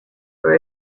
for